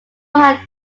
had